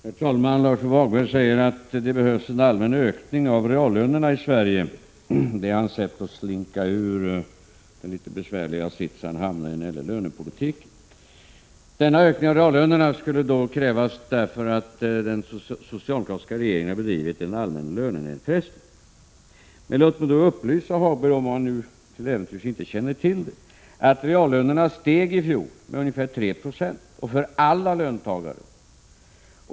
Herr talman! Lars-Ove Hagberg sade att det behövs en allmän ökning av reallönerna i Sverige. Det är hans sätt att slinka ur den litet besvärliga sits som han hamnade i när det gäller lönepolitiken. Ökningen av reallönerna skulle då krävas, därför att den socialdemokratiska regeringen har verkat för en allmän lönenedpressning. Låt mig då, om Lars-Ove Hagberg till äventyrs inte känner till det, upplysa om att reallönerna i fjol steg med ungefär 3 90 för alla löntagare.